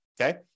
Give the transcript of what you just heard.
okay